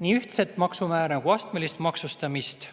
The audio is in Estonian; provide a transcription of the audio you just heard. nii ühtset maksumäära kui astmelist maksustamist.